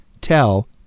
tell